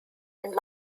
and